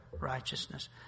righteousness